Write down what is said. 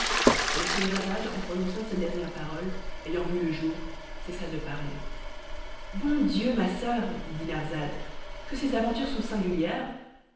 mais scheherazade en prononçant ces dernières paroles ayant vu le jour cessa de parler bon dieu ma soeur dit dinarzade que ces aventures sont singulières